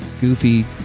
goofy